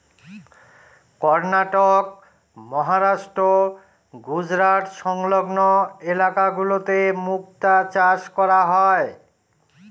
কর্ণাটক, মহারাষ্ট্র, গুজরাট সংলগ্ন ইলাকা গুলোতে মুক্তা চাষ করা হয়